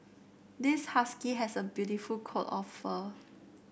this husky has a beautiful coat of fur